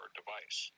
device